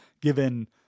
given